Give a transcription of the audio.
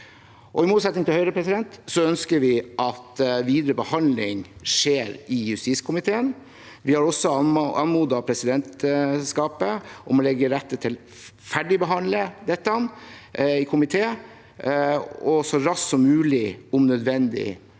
I motsetning til Høyre ønsker vi at videre behandling skjer i justiskomiteen. Vi har også anmodet presidentskapet om å legge til rette for å ferdigbehandle dette i komité så raskt som mulig, og – om nødvendig